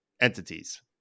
entities